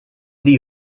die